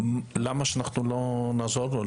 למה שאנחנו לא נעזור לו?